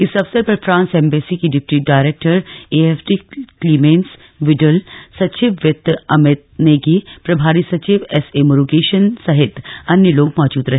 इस अवसर पर फ्रांस एम्बेसी की deputy director AFD Clemence Vidal सचिव वित्त अभित नेगी प्रभारी सचिव एसए मुरूगेशन सहित अन्य लोग मौजूद रहे